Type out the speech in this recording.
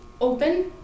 open